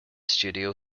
studio